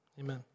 Amen